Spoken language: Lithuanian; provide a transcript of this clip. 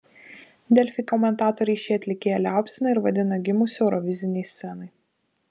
delfi komentatoriai šį atlikėją liaupsina ir vadina gimusiu eurovizinei scenai